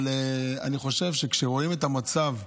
אבל אני חושב שכשרואים את המצב,